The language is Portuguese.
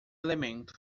elemento